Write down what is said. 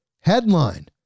headline